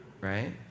right